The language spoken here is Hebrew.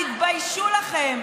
תתביישו לכם.